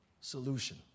solution